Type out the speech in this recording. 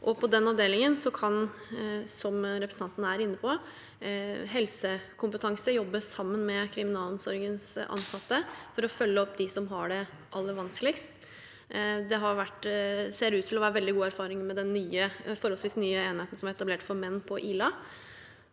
er inne på, helsekompetanse jobbe sammen med kriminalomsorgens ansatte for å følge opp dem som har det aller vanskeligst. Det ser ut til å være veldig gode erfaringer med den forholdsvis nye enheten som er etablert for menn på Ila.